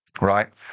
Right